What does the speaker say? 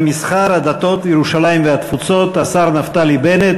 המסחר, הדתות וירושלים והתפוצות, השר נפתלי בנט.